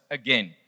again